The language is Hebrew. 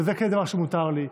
זה כן דבר שמותר לי.